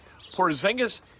Porzingis